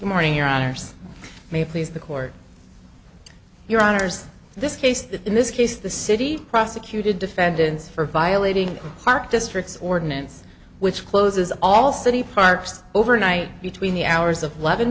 morning your honor may please the court your honour's this case in this case the city prosecuted defendants for violating park district ordinance which closes all city parks overnight between the hours of